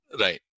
Right